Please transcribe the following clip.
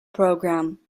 program